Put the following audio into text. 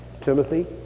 Timothy